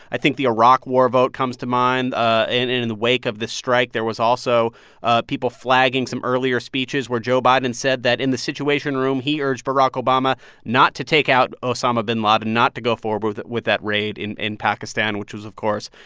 i think the iraq war vote comes to mind ah in in the wake of this strike. there was also ah people flagging some earlier speeches where joe biden said that in the situation room, he urged barack obama not to take out osama bin laden, and not to go forward with with that raid in in pakistan, which was, of course,